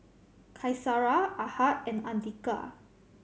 Qaisara Ahad and Andika